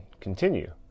continue